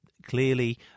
Clearly